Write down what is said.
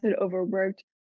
overworked